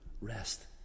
Rest